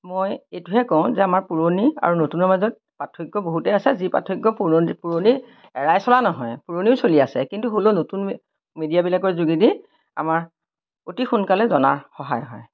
মই এইটোৱে কওঁ যে আমাৰ পুৰণি আৰু নতুনৰ মাজত পাৰ্থক্য বহুতেই আছে যি পাৰ্থক্য পুৰণি পুৰণি এৰাই চলা নহয় পুৰণিও চলি আছে কিন্তু হ'লেও নতুন মিডিয়াবিলাকৰ যোগেদি আমাৰ অতি সোনকালে জনাত সহায় হয়